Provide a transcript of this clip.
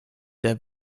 der